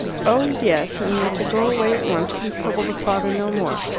oh, yes, and we're to go away at once and trouble the father no more.